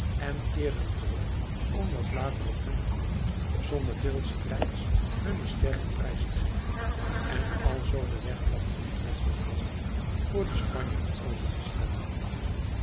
en keerden terug om wat later op hunne beurt zonder veel strijds hunne sterkte prijs te geven en alzoo den weg van utrecht tot holland voor den spanjaard open te stellen